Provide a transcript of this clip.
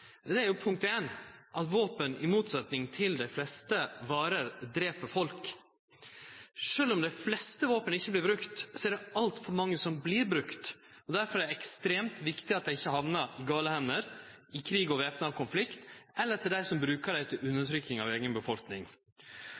er – punkt 1 – at våpen, i motsetnad til dei fleste varer, drep folk. Sjølv om dei fleste våpen ikkje vert brukte, er det altfor mange som vert brukte. Derfor er det ekstremt viktig at dei ikkje hamnar i gale hender, i krig og væpna konflikt, eller hos dei som brukar dei til undertrykking av eiga befolkning.